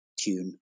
tune